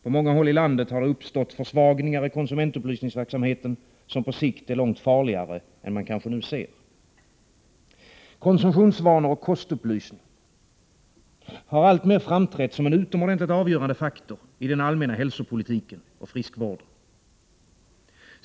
På många håll i landet har det uppstått försvagningar i konsumentupplysningsverksamheten som på sikt är långt farligare än man kanske nu ser. Konsumtionsvanor och kostupplysning har alltmer framträtt som en utomordentligt avgörande faktor i den allmänna hälsopolitiken och friskvården.